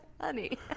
Honey